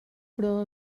però